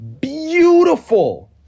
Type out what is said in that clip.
beautiful